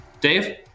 Dave